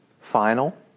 final